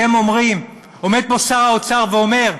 אתם אומרים, עומד פה שר האוצר ואומר: